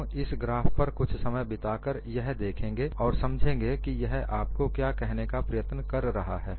हम इस ग्राफ पर कुछ समय बिताकर यह देखेंगे और समझेंगे कि यह आपको क्या कहने का प्रयत्न कर रहा है